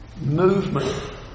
movement